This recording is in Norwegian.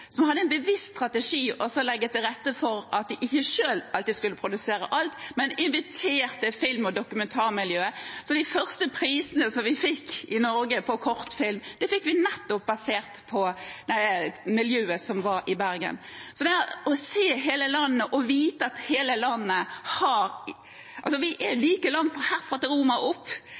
De hadde en bevisst strategi om å legge til rette for at de ikke selv alltid skulle produsere alt, men de inviterte film- og dokumentarmiljøet. De første prisene som vi fikk i Norge innen kortfilm, var basert på nettopp miljøet som var i Bergen. Så det gjelder å se hele landet. Det er altså like langt herfra til Roma som herfra og opp.